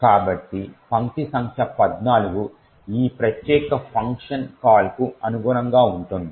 కాబట్టి పంక్తి సంఖ్య 14 ఈ ప్రత్యేక ఫంక్షన్ కాల్కు అనుగుణంగా ఉంటుంది